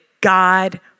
God